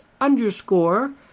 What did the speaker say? underscore